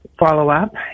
follow-up